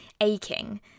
aching